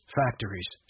factories